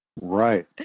right